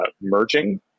merging